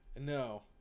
No